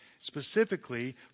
Specifically